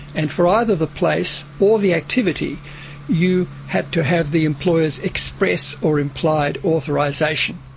and for either the place or the activity you had to have the employer's express or implied authorisation.